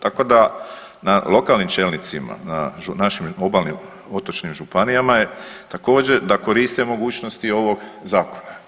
Tako da na lokalnim čelnicima našim obalnim otočnim županijama je također da koriste mogućnosti ovog zakona.